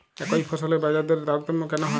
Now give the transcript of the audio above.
একই ফসলের বাজারদরে তারতম্য কেন হয়?